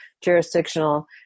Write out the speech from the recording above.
jurisdictional